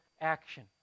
action